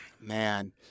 Man